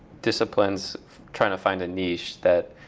disciplines trying to find a niche, that